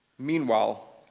Meanwhile